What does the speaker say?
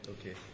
Okay